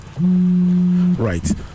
Right